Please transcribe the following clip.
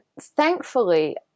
thankfully